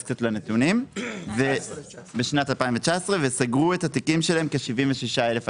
קצת לנתונים וסגרו את התיקים שלהם כ-76,000 עסקים.